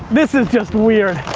this is just weird.